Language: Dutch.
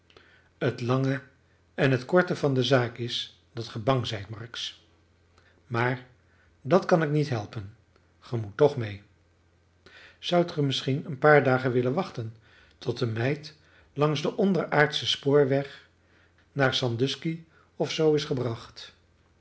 het lange en het korte van de zaak is dat ge bang zijt marks maar dat kan ik niet helpen ge moet toch mee zoudt ge misschien een paar dagen willen wachten tot de meid langs den onderaardschen spoorweg naar sandusky of zoo is gebracht